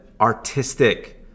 artistic